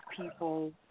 people